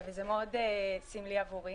וזה מאוד סמלי עבורי,